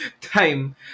time